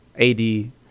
AD